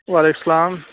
وعلیکُم السلام